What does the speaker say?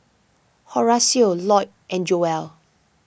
Horacio Loyd and Joelle